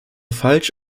falsch